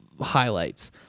highlights